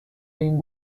این